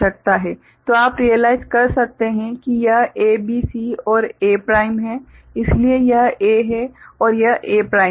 तो आप रियलाइज कर सकते हैं कि यह A B C और A प्राइम है इसलिए यह A है और यह A प्राइम है